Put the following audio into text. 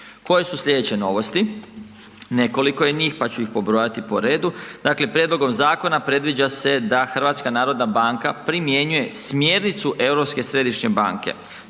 Koje su slijedeće novosti? Nekoliko je njih pa ću ih pobrojati po redu. Dakle prijedlogom zakona predviđa se da HNB primjenjuje smjernicu Europske središnje banke.